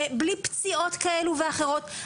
בלי פציעות כאלה ואחרות.